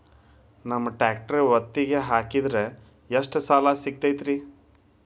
ನಮ್ಮ ಟ್ರ್ಯಾಕ್ಟರ್ ಒತ್ತಿಗೆ ಹಾಕಿದ್ರ ಎಷ್ಟ ಸಾಲ ಸಿಗತೈತ್ರಿ?